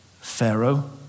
Pharaoh